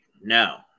no